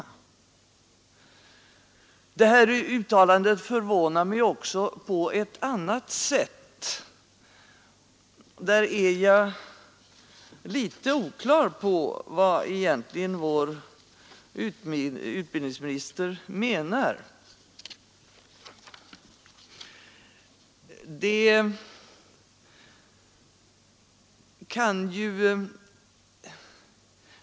Det här uttalandet förvånar också på ett annat sätt. Jag är inte riktigt på det klara med vad vår utbildningsminister egentligen menar.